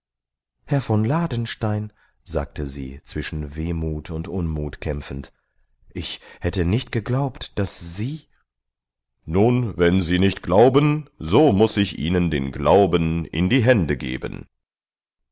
herr von ladenstein sagte sie zwischen wehmut und unmut kämpfend ich hätte nicht geglaubt daß sie nun wenn sie nicht glauben so muß ich ihnen den glauben in die hände geben